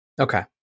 Okay